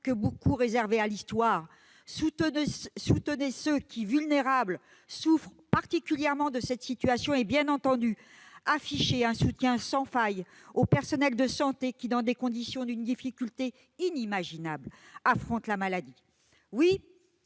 que beaucoup réservaient à l'histoire ; soutenez ceux qui, vulnérables, souffrent particulièrement de cette situation ; bien entendu, affichez un soutien sans faille aux personnels de santé, qui, dans des conditions d'une difficulté inimaginable, affrontent la maladie.